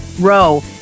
row